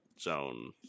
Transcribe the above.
Zone